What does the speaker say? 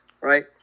right